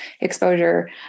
exposure